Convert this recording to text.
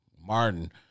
Martin